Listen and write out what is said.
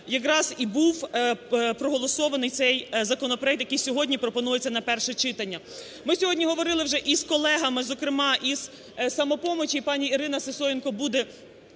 якраз і був проголосований цей законопроект, який сьогодні пропонується на перше читання. Ми сьогодні говорили вже і з колегами, зокрема із "Самопомочі", пані Ірина Сисоєнко буде